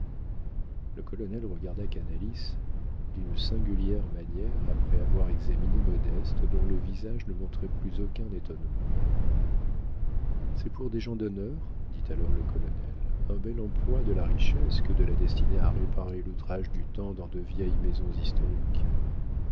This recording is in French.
le colonel regarda canalis d'une singulière manière après avoir examiné modeste dont le visage ne montrait plus aucun étonnement c'est pour des gens d'honneur dit alors le colonel un bel emploi de la richesse que de la destiner à réparer l'outrage du temps dans de vieilles maisons historiques